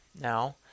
Now